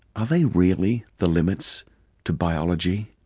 are they really the limits to biology?